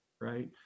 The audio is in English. right